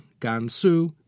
Gansu